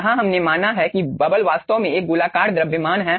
यहां हमने माना है कि बबल वास्तव में एक गोलाकार द्रव्यमान है